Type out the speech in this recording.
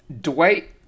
Dwight